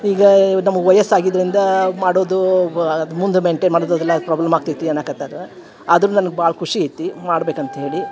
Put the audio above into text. ಈಗ ನಮಗೆ ವಯಸ್ಸು ಆಗಿದ್ದರಿಂದ ಮಾಡೋದು ಅದು ಮುಂದೆ ಮೆಯ್ನ್ಟೇನ್ ಮಾಡೋದು ಅದೆಲ್ಲ ಪ್ರಾಬ್ಲಮ್ ಆಗ್ತೈತಿ ಅನ್ನಕತ್ತಾರೆ ಆದರೂ ನನಗೆ ಭಾಳ ಖುಷಿ ಐತಿ ಮಾಡ್ಬೇಕಂತ ಹೇಳಿ